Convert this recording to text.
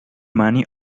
money